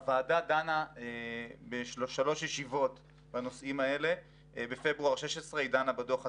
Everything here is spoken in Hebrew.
הוועדה דנה בשלוש ישיבות בנושאים האלה: בפברואר 2016 היא דנה בדוח עצמו,